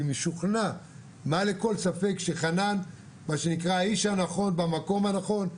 משוכנע מעל לכל ספק שחנן האיש הנכון במקום הנכון,